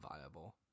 viable